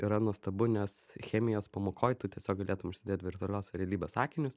yra nuostabu nes chemijos pamokoj tu tiesiog galėtum užsidėt virtualios realybės akinius